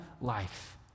life